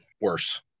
worse